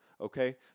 okay